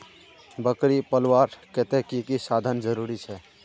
बकरी पलवार केते की की साधन जरूरी छे?